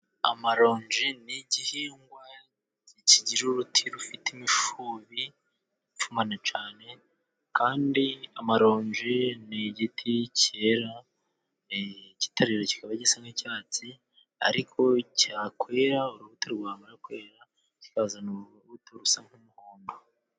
Amaronji ni igihingwa kigira uruti rufite imishubi ipfumana cyane, kandi amaronji ni igiti cyera kitarera kikaba gisa nk'icyatsi ariko cyakwera urubuto rwamara kwera, kikazana urubuto rusa nk'umuhondo.